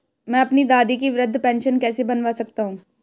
मैं अपनी दादी की वृद्ध पेंशन कैसे बनवा सकता हूँ?